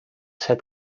set